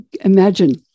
imagine